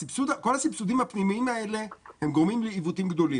כל הסבסודים הפנימיים האלה גורמים לעיוותים פנימיים.